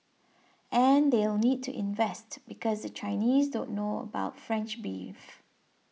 and they'll need to invest because the Chinese don't know about French beef